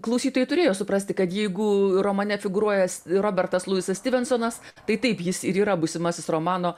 klausytojai turėjo suprasti kad jeigu romane figūruojas robertas luisas stivensonas tai taip jis ir yra būsimasis romano